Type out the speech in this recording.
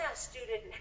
student